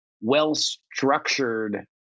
well-structured